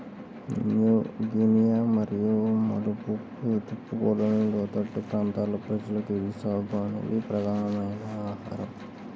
new Guinea మరియు Maluku దీవులలోని లోతట్టు ప్రాంతాల ప్రజలకు ఇది సాగో అనేది ప్రధానమైన ఆహారం